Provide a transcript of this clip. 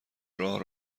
راه